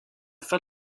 fin